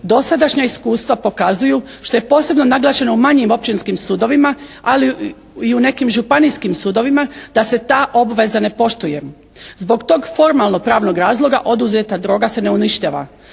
dosadašnja iskustva pokazuju što je posebno naglašeno u manjim općinskim sudovima, ali i u nekim županijskim sudovima, da se ta obveza ne poštuje. Zbog tog formalno pravnog razloga oduzeta droga se ne uništava.